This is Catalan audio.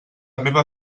meva